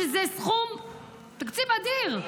שזה תקציב אדיר,